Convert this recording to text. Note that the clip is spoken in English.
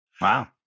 Wow